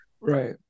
right